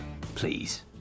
please